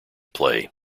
play